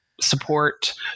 support